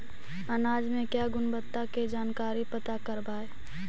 अनाज मे क्या गुणवत्ता के जानकारी पता करबाय?